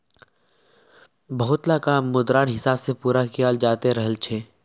बहुतला काम मुद्रार हिसाब से पूरा कियाल जाते रहल छे